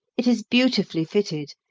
it is beautifully fitted,